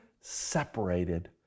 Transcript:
separated